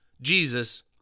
Jesus